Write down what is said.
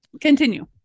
continue